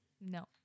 No